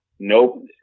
Nope